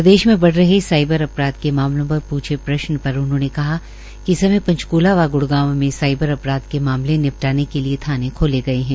प्रदेश मे बढ़ रहे साईबार अपराध के मामलों पर पूछे प्रश्न पर उन्होंने कहा कि इस समय पंचक्ला व ग्रूग्राम में साईबर अपराध के मामले निपटाने के लिये थाने खोले गए है